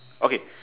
okay